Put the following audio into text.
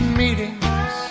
meetings